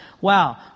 Wow